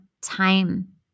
time